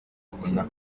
akunda